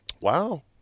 Wow